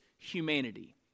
Humanity